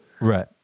Right